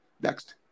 Next